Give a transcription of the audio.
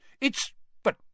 It's—but